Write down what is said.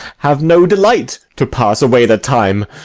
have no delight to pass away the time,